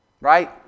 right